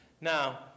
Now